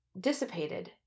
dissipated